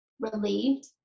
relieved